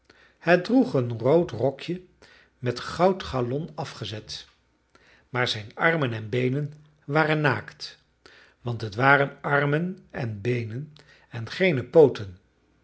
het droeg een rood rokje met goud galon afgezet maar zijn armen en beenen waren naakt want het waren armen en beenen en geen pooten